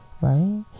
Right